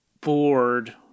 bored